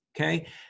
Okay